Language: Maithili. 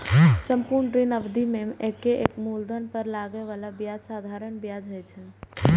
संपूर्ण ऋण अवधि मे एके मूलधन पर लागै बला ब्याज साधारण ब्याज होइ छै